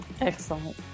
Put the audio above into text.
Excellent